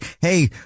Hey